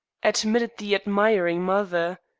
admitted the admiring mother.